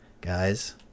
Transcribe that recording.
Guys